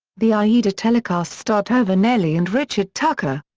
the aida telecast starred herva nelli and richard tucker.